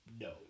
No